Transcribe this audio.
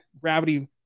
gravity